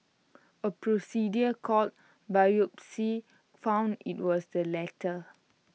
A procedure called biopsy found IT was the latter